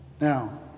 Now